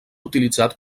utilitzat